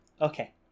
Okay